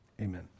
amen